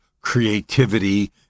creativity